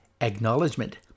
Acknowledgement